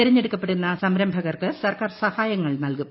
തെരഞ്ഞെടുക്കപ്പെടുന്ന സംരംഭകർക്ക് സർക്കാർ സഹായങ്ങൾ നൽകും